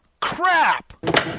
Crap